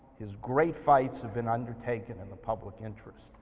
his great fights have been undertaken in the public interest.